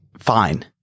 Fine